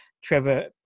Trevor